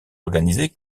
organisées